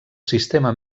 sistema